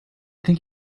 think